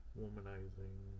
womanizing